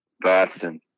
Boston